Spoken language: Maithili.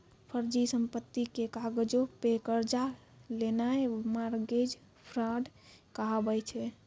फर्जी संपत्ति के कागजो पे कर्जा लेनाय मार्गेज फ्राड कहाबै छै